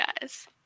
guys